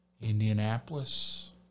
Indianapolis